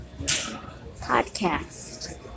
podcast